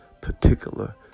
particular